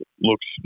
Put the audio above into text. looks